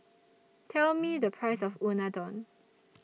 Tell Me The Price of Unadon